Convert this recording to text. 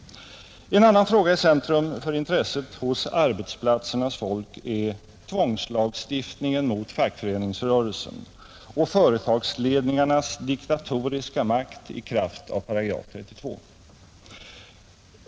En annan fråga i centrum för intresset hos arbetsplatsernas folk är tvångslagstiftningen mot fackföreningsrörelsen och företagsledningarnas diktatoriska makt i kraft av paragraf 32.